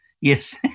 Yes